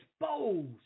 exposed